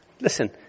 listen